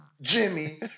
jimmy